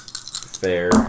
Fair